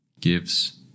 gives